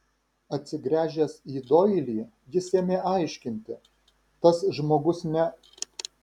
atsigręžęs į doilį jis ėmė aiškinti tas žmogus ne